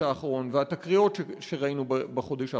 האחרון והתקריות שראינו בחודש האחרון.